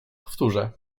powtórzę